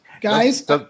guys